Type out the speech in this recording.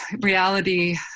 reality